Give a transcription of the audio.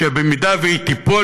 שאם היא תיפול,